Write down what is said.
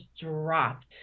dropped